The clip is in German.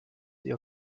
ihr